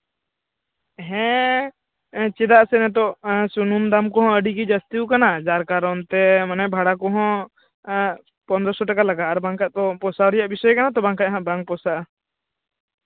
ᱦᱮᱸ ᱪᱮᱫᱟᱜ ᱥᱮ ᱱᱤᱛᱚᱜ ᱥᱩᱱᱩᱢ ᱫᱟᱢ ᱠᱚᱦᱚᱸ ᱟᱹᱰᱤᱜᱮ ᱡᱟᱹᱥᱛᱤᱣ ᱠᱟᱱᱟ ᱡᱟᱨ ᱠᱟᱨᱚᱱ ᱛᱮ ᱢᱟᱱᱮ ᱵᱷᱟᱲᱟ ᱠᱚᱦᱚᱸ ᱯᱚᱱᱨᱚ ᱥᱚ ᱴᱟᱠᱟ ᱞᱟᱜᱟᱜᱼᱟ ᱟᱨ ᱵᱟᱝᱠᱷᱟᱱ ᱫᱚ ᱯᱚᱭᱥᱟ ᱨᱮᱭᱟᱜ ᱵᱤᱥᱚᱭ ᱠᱟᱱᱟ ᱛᱚ ᱟᱨ ᱵᱟᱝᱠᱷᱟᱱ ᱫᱚ ᱵᱟᱝ ᱯᱚᱥᱟᱜᱼᱟ